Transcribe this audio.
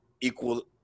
equal